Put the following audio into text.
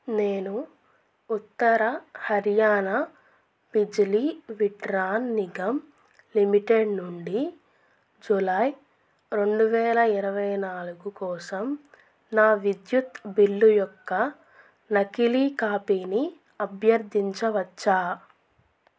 నేను ఉత్తర హర్యానా బిజ్లీ వితరణ్ నిగం లిమిటెడ్ నుండి జులై రెండు వేల ఇరవై నాలుగు కోసం నా విద్యుత్తు బిల్లు యొక్క నకిలీ కాపీని అభ్యర్థించవచ్చా